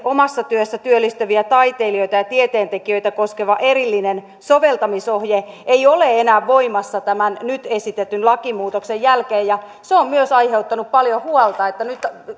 omassa työssä työllistyviä taiteilijoita ja ja tieteentekijöitä koskeva erillinen soveltamisohje ei ole enää voimassa tämän nyt esitetyn lakimuutoksen jälkeen se on myös aiheuttanut paljon huolta että nyt